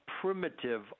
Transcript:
primitive